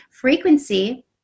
frequency